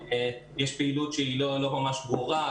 יש פעילות שהיא לא ממש ברורה,